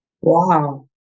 wow